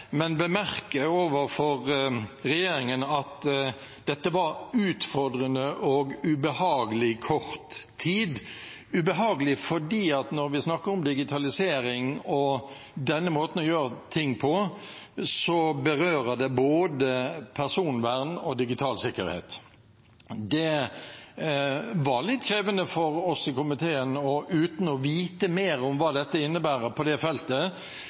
men vil bemerke overfor regjeringen at dette var utfordrende og ubehagelig kort tid – ubehagelig fordi når vi snakker om digitalisering og denne måten å gjøre ting på, berører det både personvern og digital sikkerhet. Det var litt krevende for oss i komiteen uten å vite mer om hva dette innebærer på det feltet,